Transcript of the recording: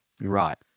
Right